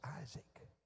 Isaac